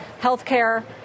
healthcare